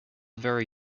very